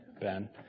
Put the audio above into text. Ben